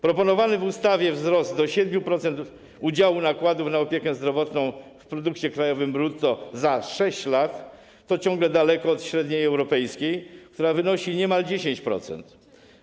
Proponowany w ustawie wzrost do 7% udziału nakładów na opiekę zdrowotną w produkcie krajowym brutto za 6 lat to ciągle daleko od średniej europejskiej, która wynosi niemal 10%.